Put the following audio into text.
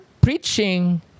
preaching